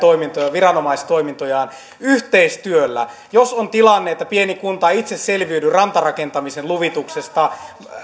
viranomaistoimintojaan yhteistyöllä jos on tilanne että pieni kunta ei itse selviydy rantarakentamisen luvituksesta ja